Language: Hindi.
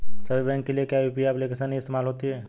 सभी बैंकों के लिए क्या यू.पी.आई एप्लिकेशन ही इस्तेमाल होती है?